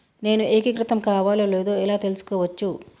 నేను ఏకీకృతం కావాలో లేదో ఎలా తెలుసుకోవచ్చు?